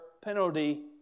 penalty